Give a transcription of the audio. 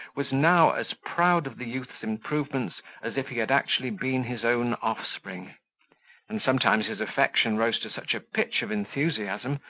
was now as proud of the youth's improvements as if he had actually been his own offspring and sometimes his affection rose to such a pitch of enthusiasm,